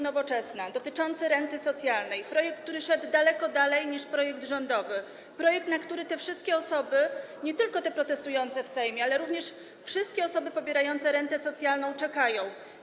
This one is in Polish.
Nowoczesna dotyczący renty socjalnej, projekt, który szedł dużo dalej niż projekt rządowy, projekt, na który te wszystkie osoby, nie tylko te protestujące w Sejmie, ale również wszystkie osoby pobierające rentę socjalną, czekają?